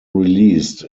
released